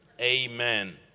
Amen